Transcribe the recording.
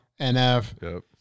NF